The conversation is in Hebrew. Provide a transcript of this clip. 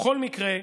בכל מקרה,